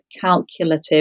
calculative